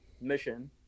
mission